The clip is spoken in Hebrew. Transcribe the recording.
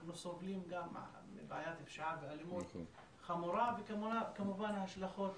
אנחנו סובלים גם מבעיית הפשיעה והאלימות חמורה וכמובן ההשלכות